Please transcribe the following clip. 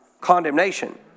Condemnation